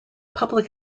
public